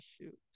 shoot